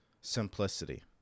simplicity